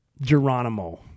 Geronimo